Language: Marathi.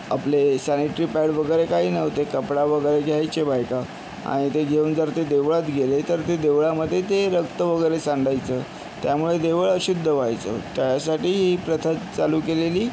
आपले सॅनिटरी पॅड वगैरे काही नव्हते कपडा वगैरे घ्यायचे बायका आणि ते घेवून जर ते देवळात गेले तर ते देवळामध्ये ते रक्त वगैरे सांडायचं त्यामुळे देवळं अशुद्ध व्हायचं त्यासाठी ही प्रथा चालू केलेली